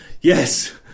Yes